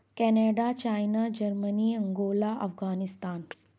Canada China Germany Angola Afghanistan